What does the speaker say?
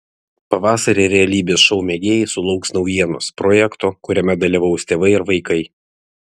pavasarį realybės šou mėgėjai sulauks naujienos projekto kuriame dalyvaus tėvai ir vaikai